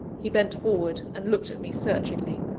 he bent forward, and looked at me searchingly.